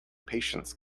patience